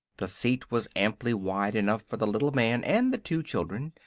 the seat was amply wide enough for the little man and the two children,